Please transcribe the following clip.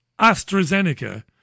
AstraZeneca